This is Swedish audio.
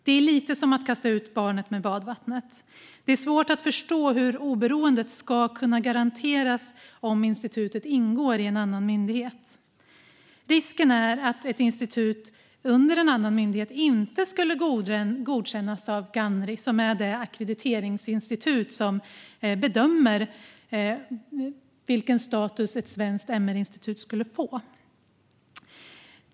Det är lite som att kasta ut barnet med badvattnet. Det är svårt att förstå hur oberoendet ska kunna garanteras om institutet ingår i en annan myndighet. Risken är att ett institut under en annan myndighet inte skulle godkännas av Ganhri, som är det ackrediteringsinstitut som bedömer vilken status ett svenskt MR-institut får.